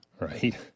right